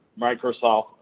Microsoft